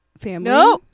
family